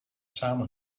samen